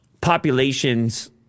populations